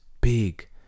big